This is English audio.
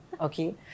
Okay